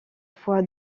fois